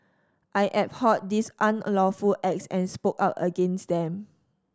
I abhorred these unlawful acts and spoke out against them